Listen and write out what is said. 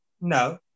No